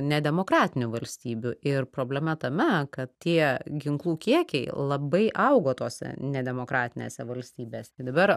nedemokratinių valstybių ir problema tame kad tie ginklų kiekiai labai augo tose nedemokratinėse valstybėse dabar